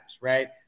right